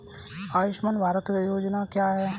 आयुष्मान भारत योजना क्या है?